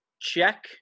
check